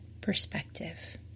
perspective